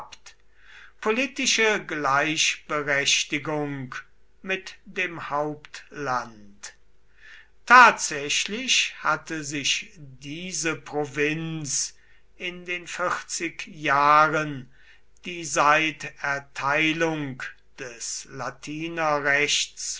politische gleichberechtigung mit dem hauptland tatsächlich hatte sich diese provinz in den vierzig jahren die seit erteilung des